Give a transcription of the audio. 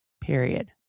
Period